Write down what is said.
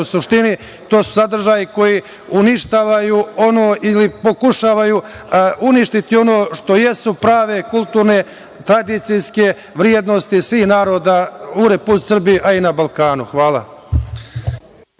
U suštini, to su sadržaji koji uništavaju ili pokušavaju uništiti ono što jesu prave kulturne tradicijske vrednosti svih naroda u Republici Srbiji, a i na Balkanu. Hvala.